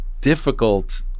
difficult